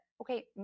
Okay